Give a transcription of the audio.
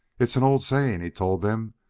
it's an old saying, he told them,